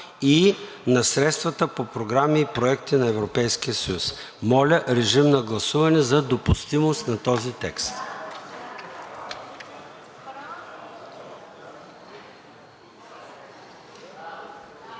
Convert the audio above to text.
и на средствата по програми и проекти на Европейския съюз“. Моля, режим на гласуване за допустимост на този текст.